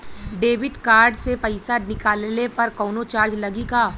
Debit card से पैसा निकलले पर कौनो चार्ज लागि का?